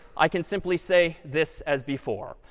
i can simply say this as before.